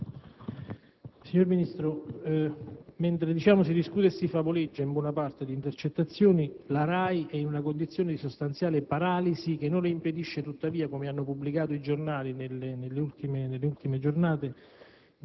signor Ministro, mentre si discute e si favoleggia in buona parte di intercettazioni, la RAI è in una condizione di sostanziale paralisi, che non le impedisce, tuttavia, come hanno pubblicato i giornali nelle ultime giornate,